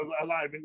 Alive